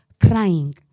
crying